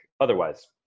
otherwise